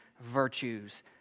virtues